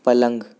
پلنگ